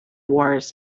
wars